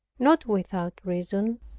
not without reason.